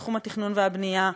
בתחום התכנון והבנייה,